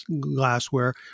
glassware